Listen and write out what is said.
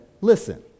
listen